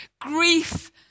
Grief